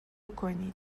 کنید